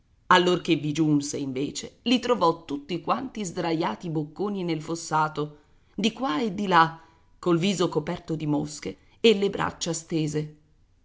allorché vi giunse invece li trovò tutti quanti sdraiati bocconi nel fossato di qua e di là col viso coperto di mosche e le braccia stese